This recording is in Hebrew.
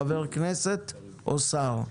חבר כנסת או שר,